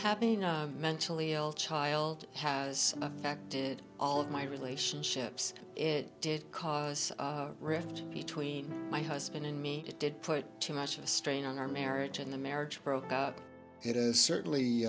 sailor mentally ill child has affected all of my relationships it did cause a rift between my husband and me it did put too much of a strain on our marriage and the marriage broke up it is certainly